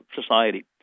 society